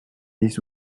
les